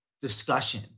discussion